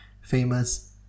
famous